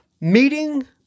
meeting